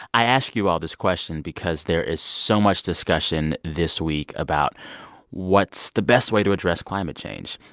i ask you all this question because there is so much discussion this week about what's the best way to address climate change.